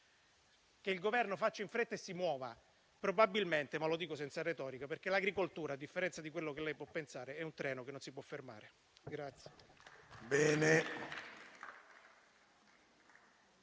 che il Governo faccia in fretta e si muova, probabilmente, ma lo dico senza retorica, perché l'agricoltura, a differenza di quello che lei può pensare, è un treno che non si può fermare.